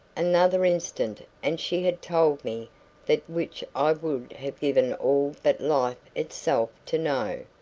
another instant, and she had told me that which i would have given all but life itself to know.